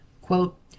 Quote